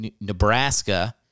Nebraska